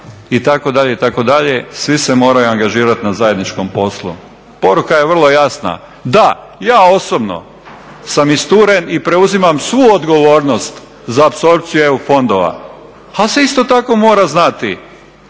gradova itd. itd. svi se moraju angažirati na zajedničkom poslu. Poruka je vrlo jasna, da ja osobno sam isturen i preuzimam svu odgovornost za apsorpciju EU fondova, ali se isto tako mora znati